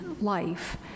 life